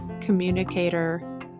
communicator